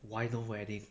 why no wedding